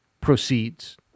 proceeds